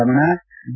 Ramana D